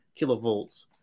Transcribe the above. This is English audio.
kilovolts